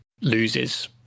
loses